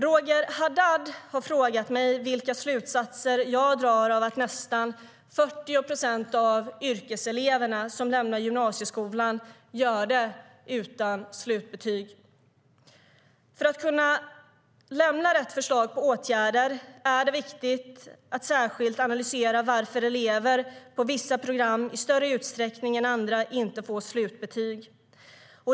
Roger Haddad har frågat mig vilka slutsatser jag drar av att nästan 40 procent av yrkeseleverna som lämnar gymnasieskolan gör det utan slutbetyg. För att kunna lämna rätt förslag på åtgärder är det viktigt att särskilt analysera varför elever på vissa program i större utsträckning än andra inte får slutbetyg.